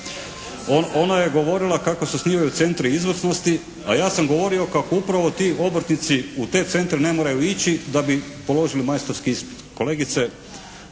Ona je govorila kako se osnivaju centri izvrsnosti, a ja sam govorio kako upravo ti obrtnici u te centra ne moraju ići da bi položili majstorski ispit. Kolegice,